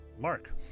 Mark